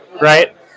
right